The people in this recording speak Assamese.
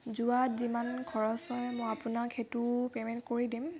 যোৱাত যিমান খৰচ হয় মই আপোনাক সেইটোও পে'মেণ্ট কৰি দিম